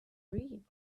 read